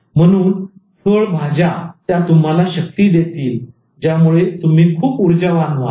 म्हणून फळ भाज्या त्या तुम्हाला शक्ती देतील ज्यामुळे तुम्ही खूप ऊर्जावान राहाल